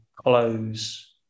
Close